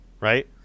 right